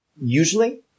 Usually